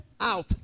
out